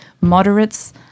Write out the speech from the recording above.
moderates